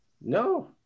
No